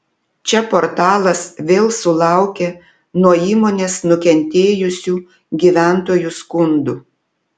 čia portalas vėl sulaukė nuo įmonės nukentėjusių gyventojų skundų